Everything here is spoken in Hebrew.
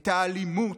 את האלימות,